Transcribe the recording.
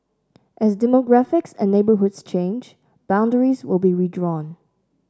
as demographics and neighbourhoods change boundaries will be redrawn